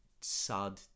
sad